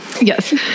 Yes